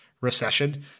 recession